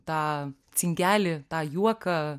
tą cinkelį tą juoką